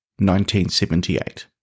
1978